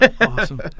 Awesome